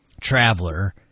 Traveler